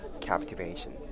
captivation